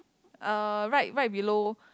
uh right right below